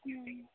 ᱦᱮᱸ